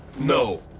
no.